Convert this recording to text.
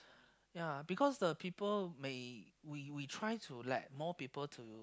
ya because the people may we we try to let more people to